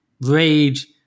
rage